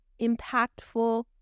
impactful